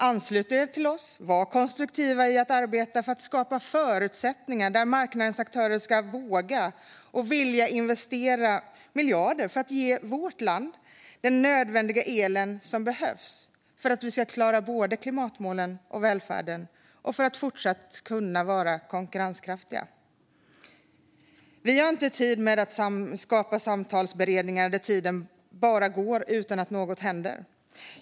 Anslut er till oss och var konstruktiva i att arbeta för att skapa förutsättningar för marknadens aktörer att våga och vilja investera miljarder för att ge vårt land den el som behövs för att vi ska klara både klimatmålen och välfärden och kunna fortsätta vara konkurrenskraftiga! Vi har inte tid att skapa samtalsberedningar där tiden bara går utan att något händer.